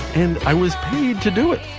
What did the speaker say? and i was paid to do it.